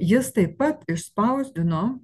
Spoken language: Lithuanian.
jis taip pat išspausdino